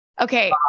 Okay